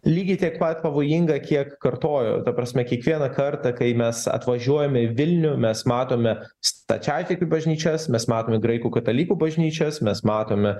lygiai tiek pat pavojinga kiek kartoju ta prasme kiekvieną kartą kai mes atvažiuojame į vilnių mes matome stačiatikių bažnyčias mes matome graikų katalikų bažnyčias mes matome